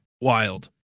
wild